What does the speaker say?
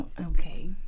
Okay